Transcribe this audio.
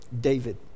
david